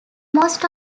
most